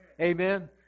Amen